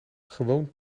gewoon